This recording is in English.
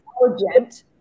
intelligent